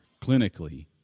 clinically